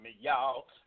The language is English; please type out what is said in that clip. y'all